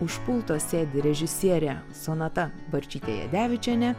už pulto sėdi režisierė sonata barčytė jadevičienė